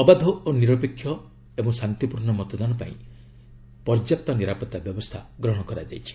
ଅବାଧ ନିରପେକ୍ଷ ଓ ଶାନ୍ତିପୂର୍ଣ୍ଣ ମତଦାନ ପାଇଁ ପର୍ଯ୍ୟାପ୍ତ ନିରାପତ୍ତା ବ୍ୟବସ୍ଥା ଗ୍ରହଣ କରାଯାଇଛି